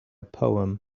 poem